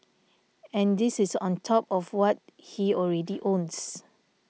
and this is on top of what he already owns